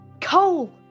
Coal